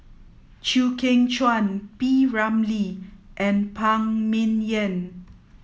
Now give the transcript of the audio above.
Chew Kheng Chuan P Ramlee and Phan Ming Yen